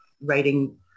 writing